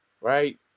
right